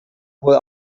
wohl